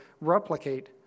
replicate